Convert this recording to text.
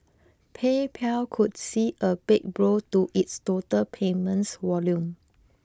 PayPal could see a big blow to its total payments volume